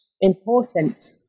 important